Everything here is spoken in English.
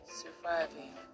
surviving